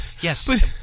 Yes